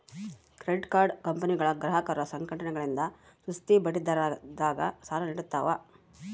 credit card ಕಂಪನಿಗಳು ಗ್ರಾಹಕರ ಸಂಘಟನೆಗಳಿಂದ ಸುಸ್ತಿ ಬಡ್ಡಿದರದಾಗ ಸಾಲ ನೀಡ್ತವ